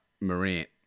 Morant